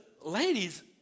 ladies